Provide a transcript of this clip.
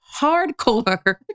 hardcore